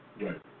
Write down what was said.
Right